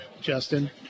Justin